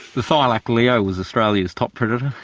the thylacoleo was australia's top predator.